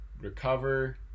recover